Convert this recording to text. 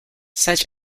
such